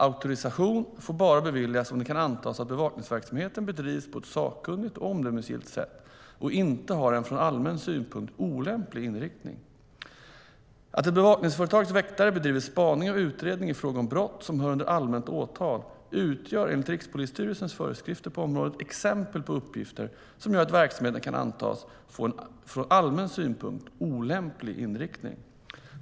Auktorisation får beviljas bara om det kan antas att bevakningsverksamheten bedrivs på ett sakkunnigt och omdömesgillt sätt och inte har en från allmän synpunkt olämplig inriktning. Att ett bevakningsföretags väktare bedriver spaning och utredning i fråga om brott som hör under allmänt åtal utgör enligt Rikspolisstyrelsens föreskrifter på området exempel på uppgifter som gör att verksamheten kan antas få en från allmän synpunkt olämplig inriktning.